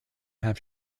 have